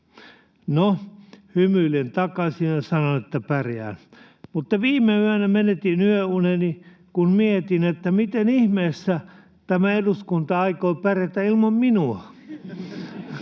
No, hymyilen takaisin ja sanon, että pärjään. Mutta viime yönä menetin yöuneni, kun mietin, miten ihmeessä tämä eduskunta aikoo pärjätä ilman minua.